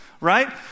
right